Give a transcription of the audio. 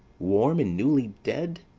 warm, and newly dead,